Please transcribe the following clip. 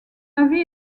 avis